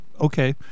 Okay